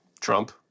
trump